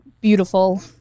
beautiful